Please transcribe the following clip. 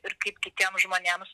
ir kaip kitiems žmonėms